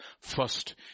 First